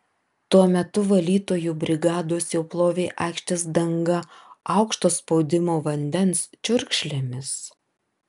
tuo metu valytojų brigados jau plovė aikštės dangą aukšto spaudimo vandens čiurkšlėmis